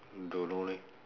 don't know leh